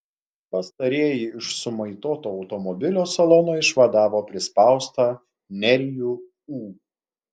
pastarieji iš sumaitoto automobilio salono išvadavo prispaustą nerijų ū